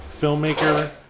filmmaker